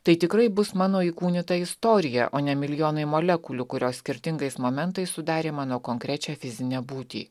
tai tikrai bus mano įkūnyta istorija o ne milijonai molekulių kurios skirtingais momentais sudarė mano konkrečią fizinę būtį